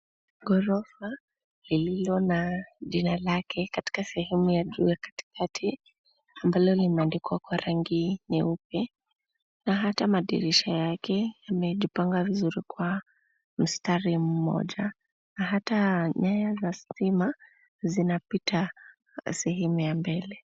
Ghorofa lililo na jina lake katika sehemu ya juu ya katikati ambalo limeandikwa kwa rangi nyeupe na hata madirisha yake yamejipanga vizuri kwa mstari mmoja na hata nyaya za stima zinapita sehemu ya mbele.